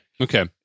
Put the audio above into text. Okay